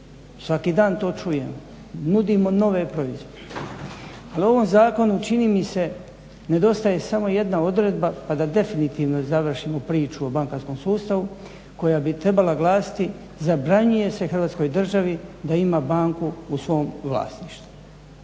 svaki dan to čujem, nudimo nove proizvode. Ali u ovom zakonu čini mi se nedostaje samo jedna odredba pa da definitivno završimo priču o bankarskom sustavu koja bi trebala glasiti zabranjuje se Hrvatskoj državi da ima banku u svom vlasništvu.